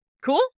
Cool